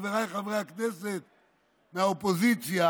חבריי חברי הכנסת מהאופוזיציה,